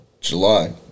July